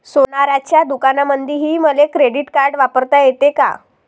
सोनाराच्या दुकानामंधीही मले क्रेडिट कार्ड वापरता येते का?